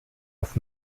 auf